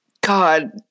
God